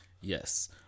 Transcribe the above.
yes